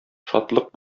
шатлык